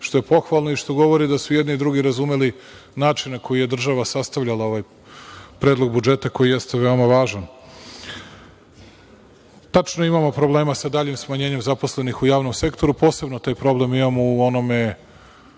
što je pohvalno i što govori da su i jedni i drugi razumeli način na koji je država sastavljala ovaj Predlog budžeta, koji jeste veoma važan. Tačno je da imamo problema sa daljim smanjenjem zaposlenih u javnom sektoru, posebno taj problem imamo u onome